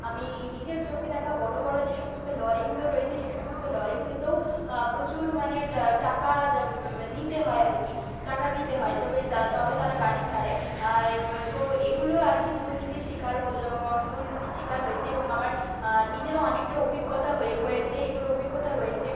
আমি নিজের চোখে দেখা বড় বড় যে সমস্ত লরিগুলো রয়েছে সেই সমস্ত লরিগুলোতেও প্রচুর মানে টাকা নিতে হয় আর কি টাকা দিতে হয় তবে তবে তারা গাড়ি ছাড়ে তো এগুলো আর কি দুর্নীতির শিকার বল দুর্নীতির শিকার হয়েছি এবং আমার নিজেরও অনেকটা অভিজ্ঞতা হয়ে হয়েছে এগুলো অভিজ্ঞতা রয়েছে